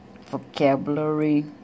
vocabulary